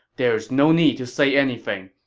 there is no need to say anything.